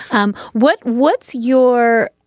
um what what's your.